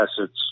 assets